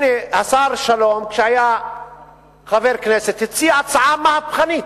השר שלום, כשהיה חבר כנסת, הציע הצעה מהפכנית,